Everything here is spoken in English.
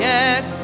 Yes